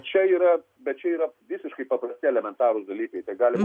čia yra bet čia yra visiškai paprasti elementarūs dalykai tai galima